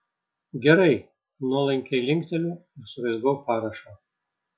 gerai nuolankiai linkteliu ir suraizgau parašą